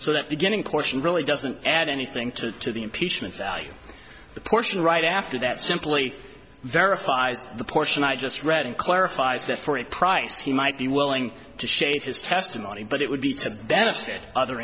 so that beginning portion really doesn't add anything to to the impeachment value the portion right after that simply verifies the portion i just read and clarifies that for a price he might be willing to shave his testimony but it would be to benefit other